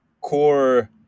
core